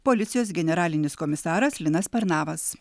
policijos generalinis komisaras linas pernavas